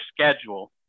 schedule